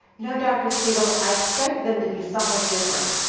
you know, dr. segal, i expected them to be somewhat different,